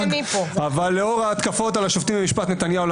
אבל לאור ההתקפות על השופטים במשפט נתניהו,